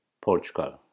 Portugal